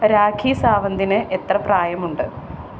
രാഖി സാവന്തിന് എത്ര പ്രായമുണ്ട്